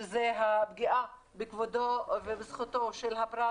שזה הפגיעה בכבודו ובזכותו של הפרט,